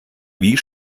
wie